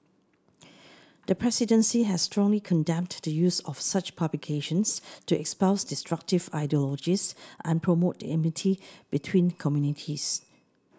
the presidency has strongly condemned the use of such publications to espouse destructive ideologies and promote enmity between communities